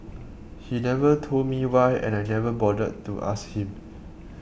he never told me why and I never bothered to ask him